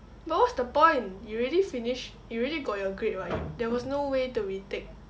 but what's the point you already finish you already got your grade [what] there was no way to retake